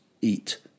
eat